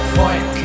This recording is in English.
point